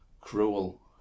Cruel